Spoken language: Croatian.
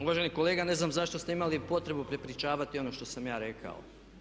Uvaženi kolega, ne znam zašto ste imali potrebu prepričavati ono što sam ja rekao.